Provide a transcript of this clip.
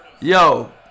Yo